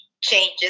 changes